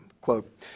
Quote